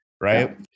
Right